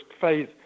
phase